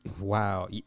Wow